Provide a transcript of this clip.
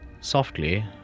Softly